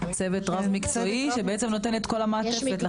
צוות רב-מקצועי שבעצם נותן את כל המעטפת.